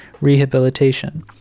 rehabilitation